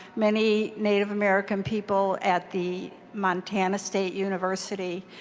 many native american people at the montana state university.